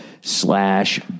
slash